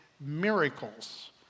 miracles